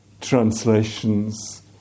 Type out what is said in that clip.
translations